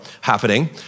happening